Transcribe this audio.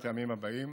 מהטעמים האלה: